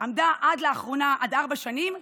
עמדה עד לאחרונה על עד ארבע שנים,